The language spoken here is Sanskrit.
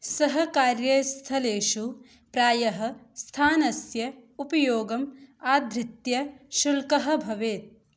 सहकार्यस्थलेषु प्रायः स्थानस्य उपयोगम् आधृत्य शुल्कः भवेत्